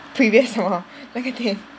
previous hor